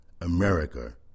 America